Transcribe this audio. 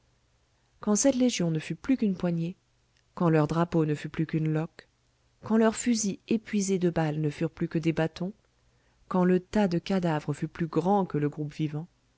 quand cette légion ne fut plus qu'une poignée quand leur drapeau ne fut plus qu'une loque quand leurs fusils épuisés de balles ne furent plus que des bâtons quand le tas de cadavres fut plus grand que le groupe vivant